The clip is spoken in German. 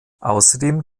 außerdem